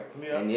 yup